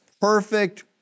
perfect